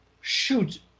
shoot